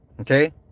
okay